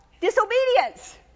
disobedience